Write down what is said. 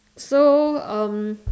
so um